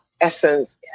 essence